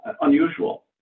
unusual